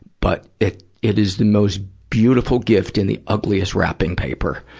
but it it is the most beautiful gift in the ugliest wrapping paper.